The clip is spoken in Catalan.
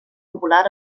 popular